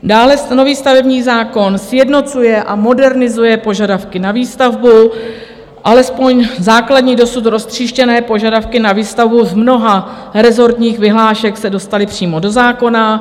Dále stanoví stavební zákon, sjednocuje a modernizuje požadavky na výstavbu, alespoň základní, dosud roztříštěné požadavky na výstavbu z mnoha rezortních vyhlášek se dostaly přímo do zákona.